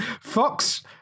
Fox